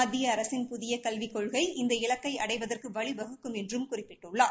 மத்திய அரசின் புதிய கல்விக் கொள்கை இந்த இலக்கை அடைவதற்கு வழி வகுக்கும் என்றும் குறிப்பிட்டுள்ளார்